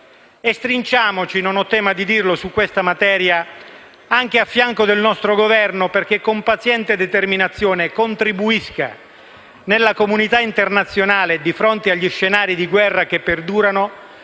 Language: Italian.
E stringiamoci anche - non ho tema di dirlo su questa materia - al fianco del nostro Governo, perché con paziente determinazione contribuisca, nella comunità internazionale e di fronte agli scenari di guerra che perdurano,